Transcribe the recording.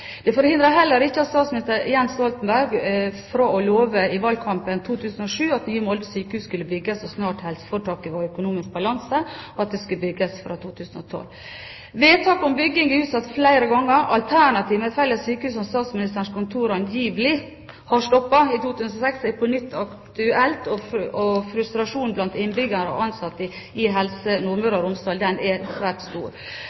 i 2007 at nye Molde sykehus skulle bygges så snart helseforetaket var i økonomisk balanse, og at det skulle bygges fra 2012. Vedtak om bygging er utsatt flere ganger. Alternativet med et felles sykehus, som Statsministerens kontor angivelig har stoppet i 2006, er på nytt aktuelt, og frustrasjonen blant innbyggere og ansatte i Helse Nordmøre og Romsdal er svært stor.